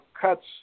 cuts